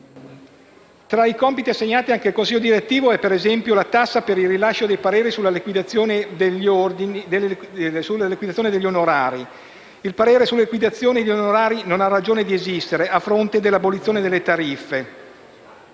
Tra i compiti assegnati al consiglio direttivo vi è per esempio «la tassa per il rilascio dei pareri per la liquidazione degli onorari». Il parere sulla liquidazione degli onorari non ha ragione di esistere a fronte dell'abolizione delle tariffe.